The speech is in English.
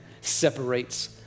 separates